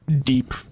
deep